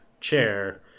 chair